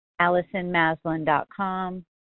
AllisonMaslin.com